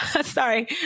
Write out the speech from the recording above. sorry